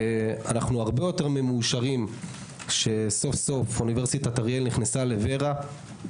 אנו הרבה יותר ממאושרים שסוף-סוף אוניברסיטת אריאל נכנסה לור"ה.